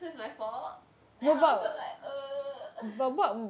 so it's my fault then I also like err